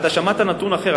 אתה שמעת נתון אחר.